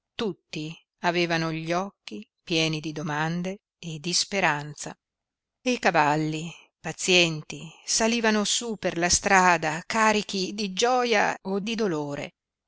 tutti avevano gli occhi pieni di domande e di speranza e i cavalli pazienti salivano su per la strada carichi di gioia o di dolore